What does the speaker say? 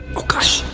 oh gosh.